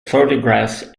photographs